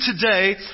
today